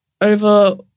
over